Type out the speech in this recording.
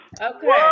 Okay